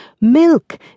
milk